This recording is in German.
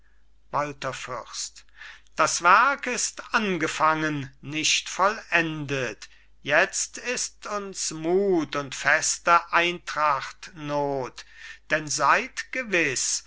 das werk ist angefangen nicht vollendet jetzt ist uns mut und feste eintracht not denn seid gewiss